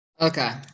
Okay